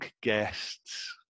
guests